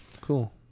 Cool